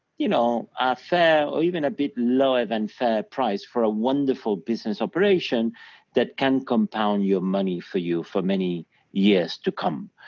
you know, a fair or even a bit lower than fair price for a wonderful business operation that can compound your money for you for many years to come.